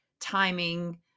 timing